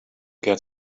get